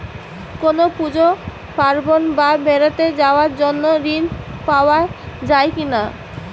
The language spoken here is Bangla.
কোনো পুজো পার্বণ বা বেড়াতে যাওয়ার জন্য ঋণ পাওয়া যায় কিনা?